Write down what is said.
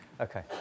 Okay